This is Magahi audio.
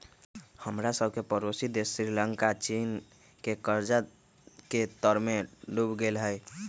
हमरा सभके पड़ोसी देश श्रीलंका चीन के कर्जा के तरमें डूब गेल हइ